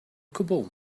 cwbl